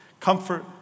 comfort